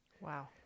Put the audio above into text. Wow